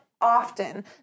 often